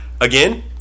again